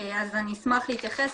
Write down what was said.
אז אני אשמח להתייחס.